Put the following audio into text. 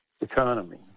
economy